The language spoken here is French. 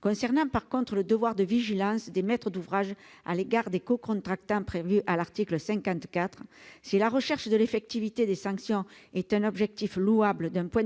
En revanche, concernant le devoir de vigilance des maîtres d'ouvrage à l'égard des cocontractants prévu à l'article 54, si la recherche de l'effectivité des sanctions est un objectif louable d'un point de vue